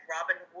Robin